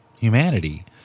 humanity